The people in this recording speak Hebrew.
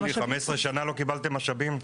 גילי, 15 שנה לא קיבלתם משאבים?